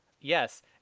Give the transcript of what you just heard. Yes